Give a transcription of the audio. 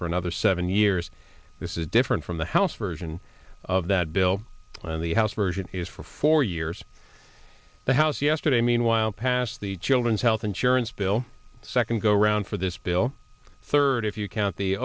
for another seven years this is different from the house version of that bill and the house version is for four years the house yesterday meanwhile passed the children's health insurance bill second go around for this bill third if you count the